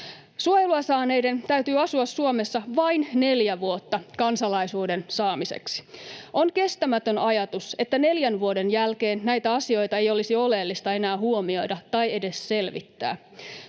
Suojelua saaneiden täytyy asua Suomessa vain neljä vuotta kansalaisuuden saamiseksi. On kestämätön ajatus, että neljän vuoden jälkeen näitä asioita ei olisi oleellista enää huomioida tai edes selvittää.